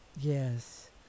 Yes